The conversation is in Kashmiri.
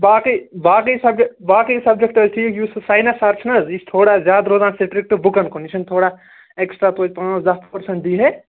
باقٕے باقٕے سَبجیکٹہٕ باقٕے سَبجیکٹہٕ حظ ٹھیٖک یُس سُہ سایِنَس سَر چھُنہٕ حظ یہِ چھُ تھوڈا زیادٕ روزان سِٹرِکٹہٕ بُکَن کُن یہِ چھُنہٕ تھوڑا ایکٕسٹرٛا توتہِ پٲنٛژھ دٔہ پٔرٛسَنٛٹ دِیہِ ہے